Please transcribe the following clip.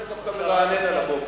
זה דווקא מרענן על הבוקר.